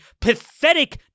pathetic